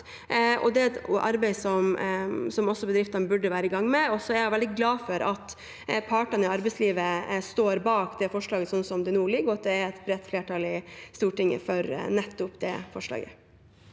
det er et arbeid som bedriftene burde være i gang med. Jeg er veldig glad for at partene i arbeidslivet står bak forslaget sånn som det nå foreligger, og at det er et bredt flertall i Stortinget for nettopp dette forslaget.